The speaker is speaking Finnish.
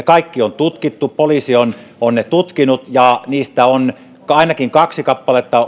kaikki on tutkittu poliisi on ne tutkinut ja omassa tiedossani on että ainakin kaksi kappaletta